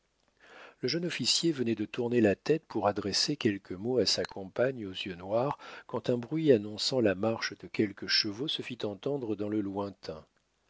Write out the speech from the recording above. le jeune officier venait de tourner la tête pour adresser quelques mots à sa campagne aux yeux noirs quand un bruit annonçant la marche de quelques chevaux se fit entendre dans le lointain